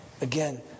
again